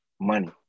Money